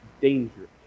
dangerous